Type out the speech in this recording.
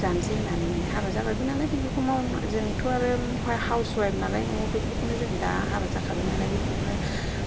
जानोसै होन्नानै माने हाबा जाबायबो नालाय बेफोरखौ मावन जोंथ' आरो हाउसवाइफ नालाय न'आव बेफोरखौनो जों दा हाबा जाखाबाय नालाय बेफोरखौनो